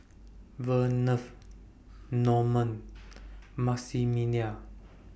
Verner Norman Maximillian